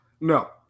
No